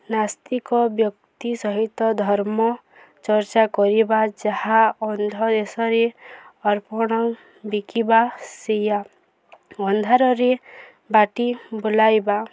ନାସ୍ତିକ ବ୍ୟକ୍ତି ସହିତ ଧର୍ମ ଚର୍ଚ୍ଚା କରିବା ଯାହା ଅନ୍ଧ ଦେଶରେ ଦର୍ପଣ ବିକିବା ସେଇୟା ଅନ୍ଧାରରେ ବାଡ଼ି ବୁଲାଇବା